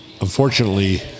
unfortunately